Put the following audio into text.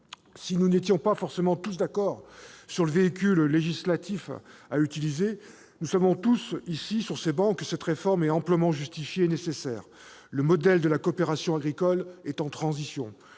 Si nous n'étions pas forcément tous d'accord sur le véhicule législatif à utiliser, nous savons tous ici, sur ces travées, que cette réforme est amplement justifiée et nécessaire : le modèle de la coopération agricole est en transition.